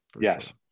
Yes